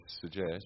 suggest